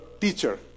teacher